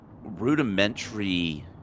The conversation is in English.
rudimentary